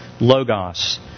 Logos